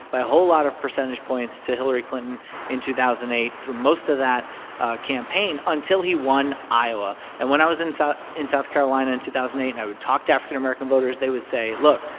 by a whole lot of percentage points to hillary clinton in two thousand and eight through most of that campaign until he won iowa. and when i was in south in south carolina in two thousand and eight and i would talk to african american voters, they would say, look.